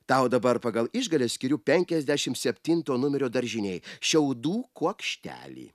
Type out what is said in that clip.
tau dabar pagal išgales skiriu penkiasdešim septinto numerio daržinėj šiaudų kuokštelį